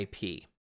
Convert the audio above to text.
IP